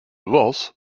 was